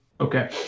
okay